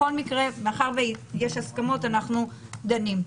בכל מקרה, מאחר שיש הסכמות, אנחנו דנים.